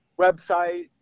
website